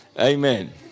Amen